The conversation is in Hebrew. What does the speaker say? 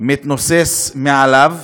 מתנוסס מעליו,